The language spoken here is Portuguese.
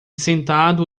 sentado